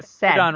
done